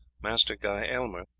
master guy aylmer,